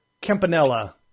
Campanella